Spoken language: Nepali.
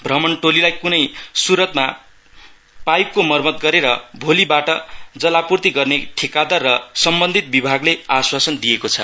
भ्रमण टोलीलाई कुनै सुरतमा पाइपको मरमत गरेर भोलिबाट जवापूर्ति गर्ने ठेकादार र सम्बन्धित विभागले आस्वासन दिएको छ